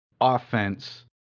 offense